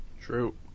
True